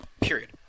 Period